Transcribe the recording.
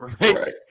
Right